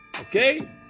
okay